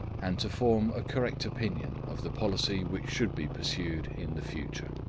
and to form a correct opinion of the policy which should be pursued in the future.